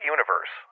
Universe